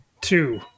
two